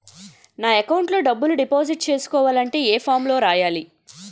నా అకౌంట్ లో డబ్బులు డిపాజిట్ చేసుకోవాలంటే ఏ ఫామ్ లో రాయాలి?